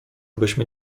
byśmy